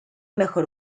mejor